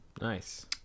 Nice